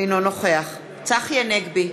אינו נוכח צחי הנגבי,